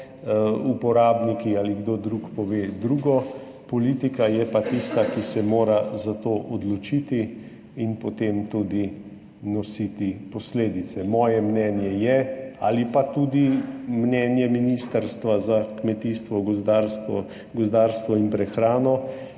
uporabniki ali kdo drug pove drugo, politika je pa tista, ki se mora za to odločiti in potem tudi nositi posledice. Moje mnenje je ali pa tudi mnenje Ministrstva za kmetijstvo, gozdarstvo in prehrano,